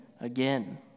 again